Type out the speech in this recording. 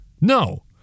No